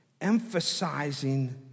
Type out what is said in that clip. Emphasizing